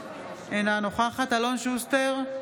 אינה נוכחת אלון שוסטר,